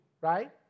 right